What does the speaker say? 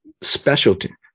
specialty